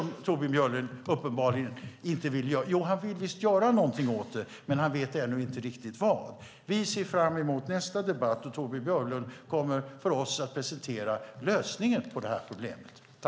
I och för sig vill han visst göra någonting åt det, men han vet ännu inte riktigt vad. Vi ser fram emot nästa debatt, då Torbjörn Björlund för oss kommer att presentera lösningen på problemet.